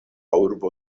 urbo